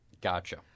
Gotcha